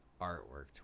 artwork